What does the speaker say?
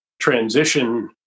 transition